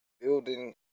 building